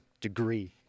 degree